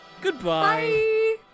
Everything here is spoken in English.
Goodbye